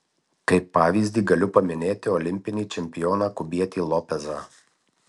kaip pavyzdį galiu paminėti olimpinį čempioną kubietį lopezą